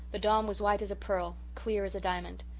the dawn was white as a pearl, clear as a diamond.